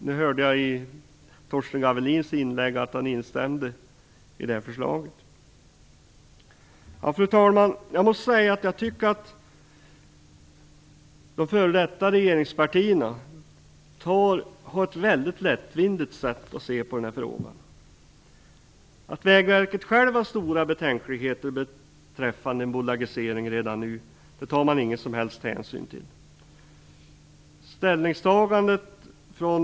Nu hörde jag i Torsten Gavelins inlägg att han instämde i det förslaget. Fru talman! De f.d. regeringspartierna har enligt min uppfattning ett mycket lättvindigt sätt att se på den här frågan. Att man inom Vägverket har stora betänkligheter beträffande en bolagisering redan nu tar man ingen som helst hänsyn till.